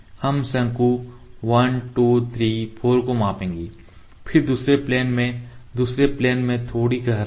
हम शंकु 1 2 3 4 को मापेंगे फिर दूसरे प्लेन में दूसरे प्लेन में थोड़ी गहराई